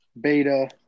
Beta